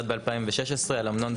ירד ב-2016 על אמנון,